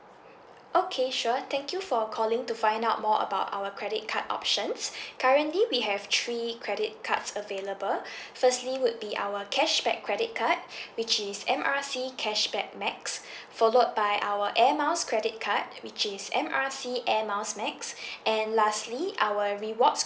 okay sure thank you for calling to find out more about our credit card options currently we have three credit cards available firstly would be our cashback credit card which is M R C cashback max followed by our air miles credit card which is M R C air miles max and lastly our rewards